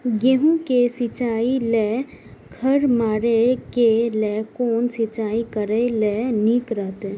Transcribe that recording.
गेहूँ के सिंचाई लेल खर मारे के लेल कोन सिंचाई करे ल नीक रहैत?